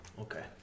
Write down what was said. Okay